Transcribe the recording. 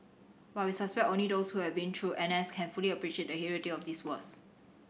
but we suspect only those who have been through N S can fully appreciate the hilarity of these words